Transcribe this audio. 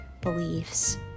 beliefs